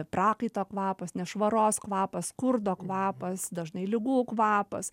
prakaito kvapas nešvaros kvapas skurdo kvapas dažnai ligų kvapas